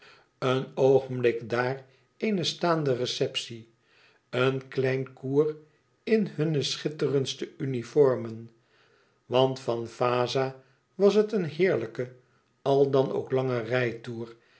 een oogenblik daar eene staande receptie een kleine cour in hunne schitterendste uniformen want van vaza was het een heerlijke al dan ook lange rijtoer